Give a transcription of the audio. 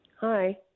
Hi